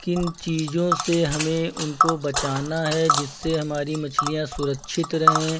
किन चीज़ों से हमें उनको बचाना है जिससे हमारी मछलियाँ सुरक्षित रहें